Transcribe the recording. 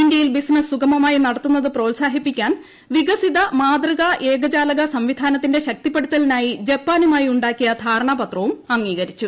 ഇന്ത്യയിൽ ബിസനസ്സ് സുഗമമായി നടത്തുന്നത് പ്രോത്സാഹിപ്പിക്കാൻ വികസിത മാതൃകാ ഏകജാലക സംവിധാനത്തിന്റെ ശക്തിപ്പെടുത്തലിനായി ജപ്പാനുമായി ഉണ്ടാക്കിയ ധാരണാപത്രവും അംഗീകരിച്ചു